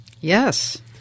Yes